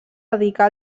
dedicà